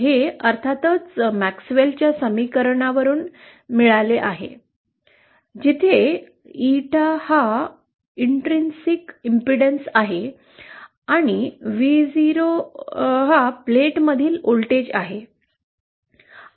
हे अर्थातच मॅक्सवेलच्या समीकरणांवरून मिळाले आहे जिथे इटा आंतरिक अडथळा आहे आणि Vo हा प्लेट्समधील व्होल्टेज आहे